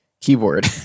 keyboard